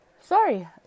sorry